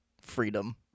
freedom